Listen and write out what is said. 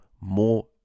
more